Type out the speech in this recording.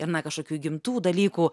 ir na kažkokių įgimtų dalykų